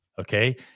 Okay